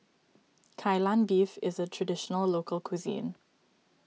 Kai Lan Beef is a Traditional Local Cuisine